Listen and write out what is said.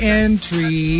entry